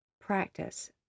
practice